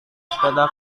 sepeda